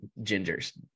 gingers